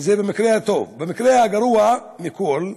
וזה במקרה הטוב, ובמקרה הגרוע מכול,